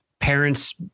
Parents